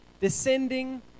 descending